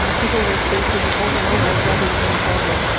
ah people were facing over and over exactly the same problem.